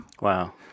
Wow